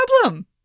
problem